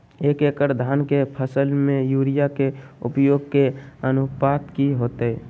एक एकड़ धान के फसल में यूरिया के उपयोग के अनुपात की होतय?